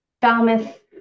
Falmouth